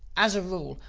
as a rule,